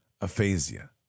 aphasia